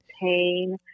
pain